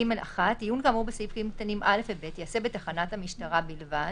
(ג) (1) עיון כאמור בסעיפים קטנים (א) ו-(ב) ייעשה בתחנת המשטרה בלבד,